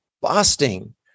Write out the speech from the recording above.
busting